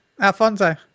Alfonso